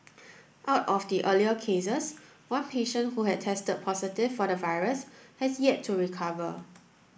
out of the earlier cases one patient who had tested positive for the virus has yet to recover